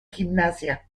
gimnasia